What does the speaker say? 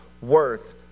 worth